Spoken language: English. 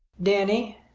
danny,